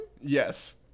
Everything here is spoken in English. Yes